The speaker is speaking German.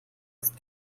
ist